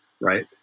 Right